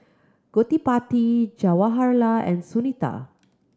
Gottipati Jawaharlal and Sunita